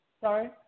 Sorry